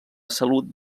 salut